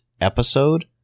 episode